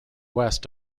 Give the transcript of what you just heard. west